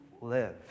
live